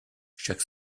chaque